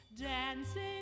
dancing